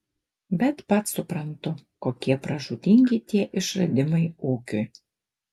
bet pats suprantu kokie pražūtingi tie išradimai ūkiui